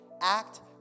act